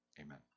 Amen